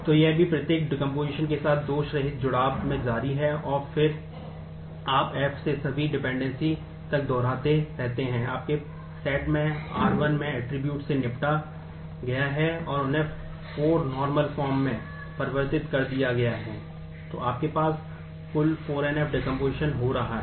तो यह भी प्रत्येक डेकोम्पोसिशन हो रहा है